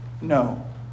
no